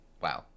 Wow